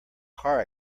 car